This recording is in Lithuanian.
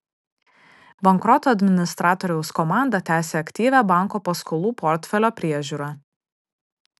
bankroto administratoriaus komanda tęsia aktyvią banko paskolų portfelio priežiūrą